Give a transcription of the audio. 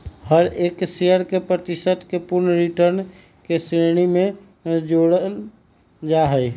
हर एक शेयर के प्रतिशत के पूर्ण रिटर्न के श्रेणी में जोडल जाहई